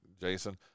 Jason –